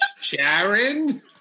Sharon